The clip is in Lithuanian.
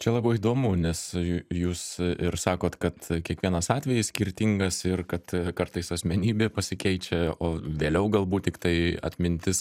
čia labai įdomu nes jūs ir sakot kad kiekvienas atvejis skirtingas ir kad kartais asmenybė pasikeičia o vėliau galbūt tiktai atmintis